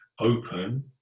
open